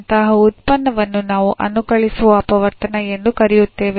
ಅಂತಹ ಉತ್ಪನ್ನವನ್ನು ನಾವು ಅನುಕಲಿಸುವ ಅಪವರ್ತನ ಎಂದು ಕರೆಯುತ್ತೇವೆ